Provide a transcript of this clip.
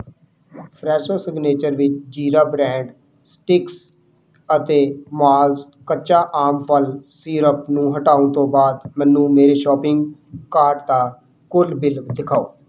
Fresho signature ਦੀ ਜੀਰਾ bread sticks ਅਤੇ ਮਾਲਸ ਕੱਚਾ ਆਮ ਫਲ ਸੀਰਪ ਨੂੰ ਹਟਾਉਣ ਤੋਂ ਬਾਅਦ ਮੈਨੂੰ ਮੇਰੇ ਸ਼ਾਪਿੰਗ ਕਾਰਟ ਦਾ ਕੁੱਲ ਬਿੱਲ ਦਿਖਾਓ